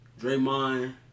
Draymond